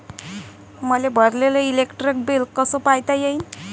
मले भरलेल electric bill कस पायता येईन?